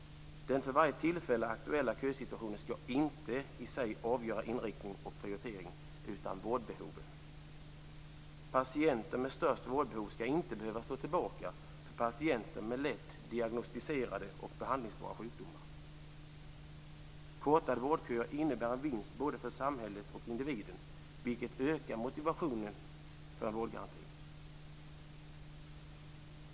Den för varje tillfälle aktuella kösituationen skall inte i sig avgöra inriktning och prioritering, utan det skall vårdbehoven. Patienter med störst vårdbehov skall inte behöva stå tillbaka för patienter med lätt diagnostiserade och behandlingsbara sjukdomar. Kortade vårdköer innebär en vinst för både samhället och individen, vilket ökar motivationen för en vårdgaranti.